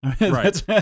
Right